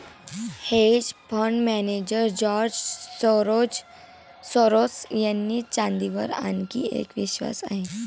hedge fund manager George Soros यांचा चांदीवर आणखी एक विश्वास आहे